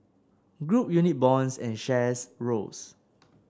group unit bonds and shares rose